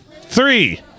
three